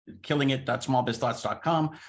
killingit.smallbizthoughts.com